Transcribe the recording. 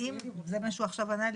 וזה מה שהוא ענה לי עכשיו,